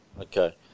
Okay